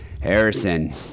Harrison